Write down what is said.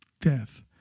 death